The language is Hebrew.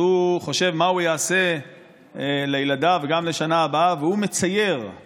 הוא חושב מה הוא יעשה לילדיו גם לשנה הבאה, וכאומן